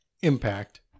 impact